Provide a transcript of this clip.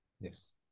Yes